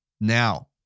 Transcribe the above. Now